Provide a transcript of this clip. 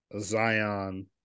Zion